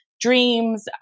dreams